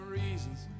reasons